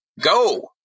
go